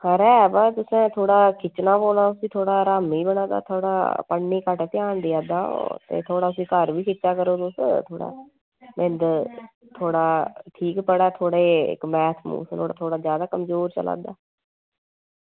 खरा ऐ पर थोह्ड़ा खिच्चना पौना एह् थोह्ड़ा रहामी बना दा थोह्ड़ा पढ़ने ई घट्ट ध्यान देआ दा थोह्ड़ा इसी घर बी खिच्चा करो बिंद थोह्ड़ा की कि मैथ थोह्ड़ा नुहाड़ा बड़ा कमजोर चला दा